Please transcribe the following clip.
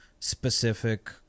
specific